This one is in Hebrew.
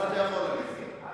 אנחנו לוקחים את זה קשה,